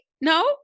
No